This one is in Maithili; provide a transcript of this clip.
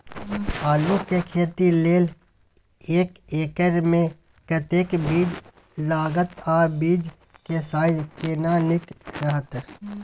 आलू के खेती लेल एक एकर मे कतेक बीज लागत आ बीज के साइज केना नीक रहत?